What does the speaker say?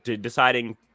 deciding